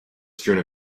strewn